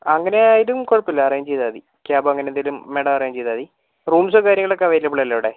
അങ്ങനെ ആയാലും കുഴപ്പമില്ല അറേഞ്ച് ചെയ്താൽ മതി ക്യാബ് അങ്ങനെ എന്തേലും മേഡം അറേഞ്ച് ചെയ്താൽ മതി റൂമ്സും കാര്യങ്ങളൊക്കെ അവൈലബിൾ അല്ലേ അവിടെ